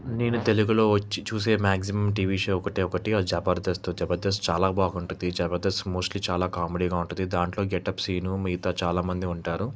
నేను తెలుగులో వచ్చి చూసే మ్యాగ్జిమమ్ టీవీ షో ఒకటే ఒకటి అది జబర్దస్తు జబర్దస్త్ చాలా బాగుంటుంది జబర్దస్త్ మోస్ట్లీ చాలా కామెడీగా ఉంటది దాంట్లో గెటప్ సీను మిగతా చాలా మంది ఉంటారు